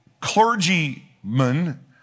clergymen